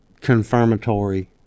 confirmatory